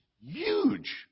huge